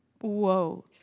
Whoa